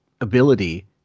ability